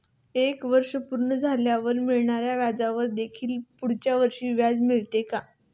एक वर्ष पूर्ण झाल्यावर मिळणाऱ्या व्याजावर देखील पुढच्या वर्षी व्याज मिळेल का?